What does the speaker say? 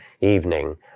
evening